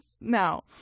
Now